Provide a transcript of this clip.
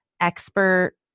expert